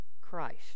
Christ